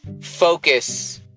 focus